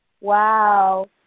Wow